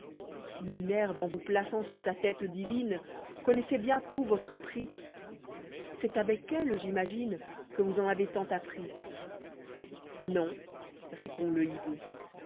minerve en vous plaçant sur sa lêce divine connoissoit bien tout votre prix c'est avec elle j'imagine que vous eu avez tant appris non répond le hibou